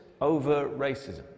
over-racism